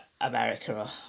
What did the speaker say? America